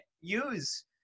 use –